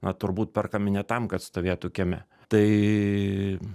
na turbūt perkami ne tam kad stovėtų kieme tai